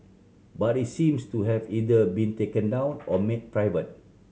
but it seems to have either been taken down or made private